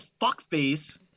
fuckface